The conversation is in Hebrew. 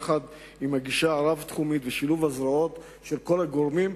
יחד עם הגישה הרב-תחומית ושילוב הזרועות עם כל הגורמים,